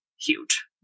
huge